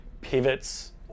pivots